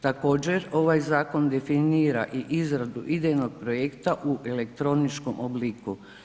Također, ovaj zakon definira i izradu idejnog projekta u elektroničkom obliku.